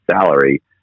salary